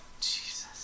Jesus